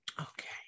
Okay